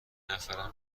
نفرم